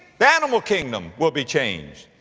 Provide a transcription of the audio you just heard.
the animal kingdom will be changed.